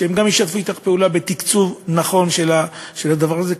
שגם הם ישתפו אתך פעולה בתקצוב נכון של הדבר הזה,